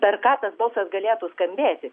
per ką tas balsas galėtų skambėti